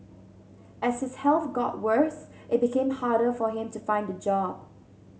as his health got worse it became harder for him to find a job